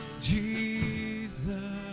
Jesus